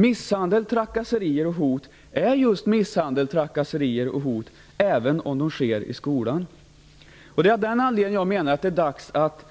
Misshandel, trakasserier och hot är just misshandel, trakasserier och hot även om detta sker i skolan. När sådana här saker inträffar i skolvärlden menar jag att det är dags att